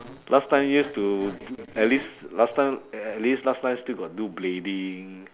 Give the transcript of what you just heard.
last time used to at least last time at least last time still got do blading